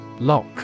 Lock